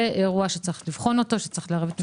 זה אירוע שיש לבחון אותו.